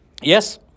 Yes